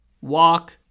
walk